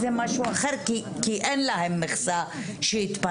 זה משהו אחר כי אין להם מכסה שהתפנתה,